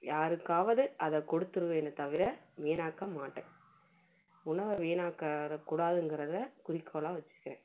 யாருக்காவது அதை கொடுத்துருவேனே தவிர வீணாக்கமாட்டேன் உணவை வீணாக்கக் கூடாதுங்கிறத குறிக்கோளாக வச்சிருக்குறேன்